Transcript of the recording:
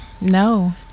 No